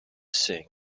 sing